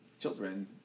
children